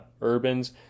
Urban's